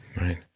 Right